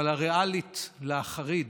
אבל הריאלית להחריד,